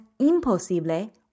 imposible